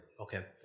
okay